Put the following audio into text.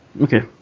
Okay